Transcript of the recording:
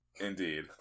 Indeed